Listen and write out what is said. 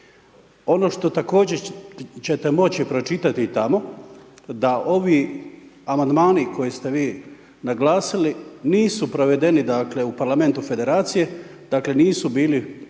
Ono što također će te moći pročitati i tamo da ovi amandmani koje ste vi naglasili nisu provedeni dakle, u parlamentu Federacije, dakle, nisu bili prihvatljivi